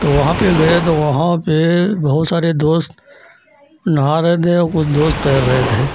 तो वहाँ पर गए तो वहाँ पर बहुत सारे दोस्त कु नहा रहे थे और कुछ दोस्त तैर रहे थे